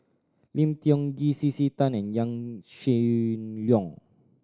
Lim Tiong Ghee C C Tan and Yaw Shin Leong